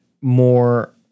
more